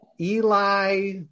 Eli